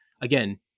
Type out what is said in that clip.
Again